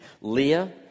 Leah